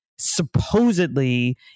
Supposedly